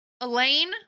Elaine